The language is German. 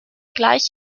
gleich